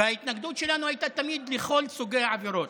וההתנגדות שלנו הייתה תמיד לכל סוגי העבירות,